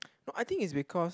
no I think it's because